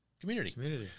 Community